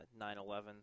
9-11